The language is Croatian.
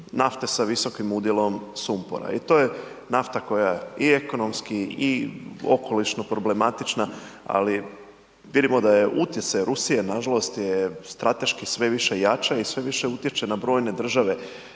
nafte sa visokim udjelom sumpora i to je nafta koja je i ekonomski i okolišno problematična, ali vidimo da je utjecaj Rusije nažalost je strateški sve više jača i sve više utječe na brojne države.